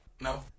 No